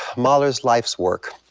mahler's life's work